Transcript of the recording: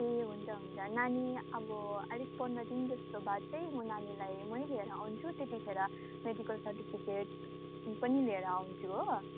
ए हुन्छ हुन्छ नानी अब आलिक पन्ध्र दिन जस्तो बाद चाहिँ म नानीलाई मै लिएर आउँछु त्यतिखेर मेडिकल सर्टिफिकेट पनि लिएर आउँछु हो